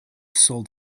sold